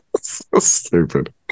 Stupid